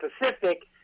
Pacific